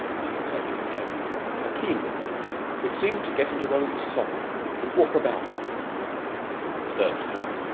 she looked at him again a keen look which seemed to get into roland's soul and walk about it with a searchlight.